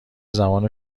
زبان